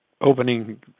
opening